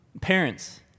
parents